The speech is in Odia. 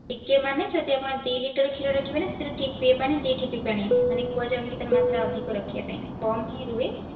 ଟିକିଏ ମାନେ ଯଦି ଆପଣ ଦୁଇ ଲିଟର କ୍ଷୀର ରଖିବେ ନା ସେଥିରେ ଠିପିଏ ପାଣି ଦୁଇଠିପି ପାଣି ମାନେ କୁହାଯାଉନୁକି ତାର ମାତ୍ରା ଅଧିକା ରଖିବା ପାଇଁ କମ୍ ହିଁ ରୁହେ